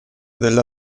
della